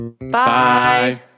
Bye